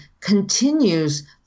continues